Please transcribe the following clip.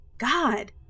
God